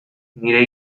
nire